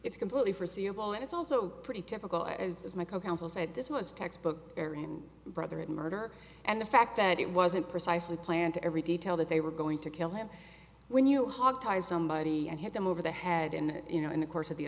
it's completely forseeable and it's also pretty typical as is my co counsel said this was textbook brother in murder and the fact that it wasn't precisely planned to every detail that they were going to kill him when you talk to somebody and hit them over the head and you know in the course of the